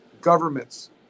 governments